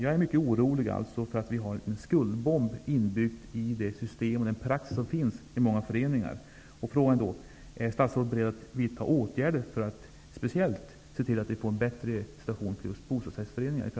Jag är mycket orolig för att det finns en skuldbomb inbyggd i det system och den praxis som finns i många föreningar.